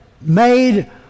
made